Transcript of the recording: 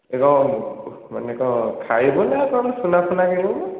ଏ କ'ଣ ମାନେ କ'ଣ ଖାଇବୁ ନା କ'ଣ ସୁନା ଫୁନା କିଣିବୁନା